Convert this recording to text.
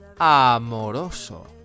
amoroso